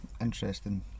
Interesting